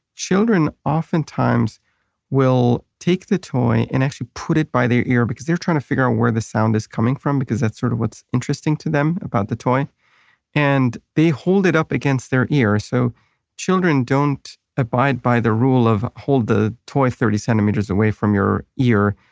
children oftentimes will take the toy and actually put it by their ear because they're trying to figure out and where the sound is coming from because that's sort of what's interesting to them about the toy and they hold it up against their ear. so children don't abide by the rule of hold the toy thirty centimeters away from your ear.